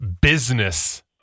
business